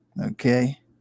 Okay